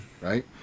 right